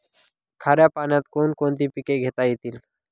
खाऱ्या पाण्यात कोण कोणती पिके घेता येतील?